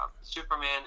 superman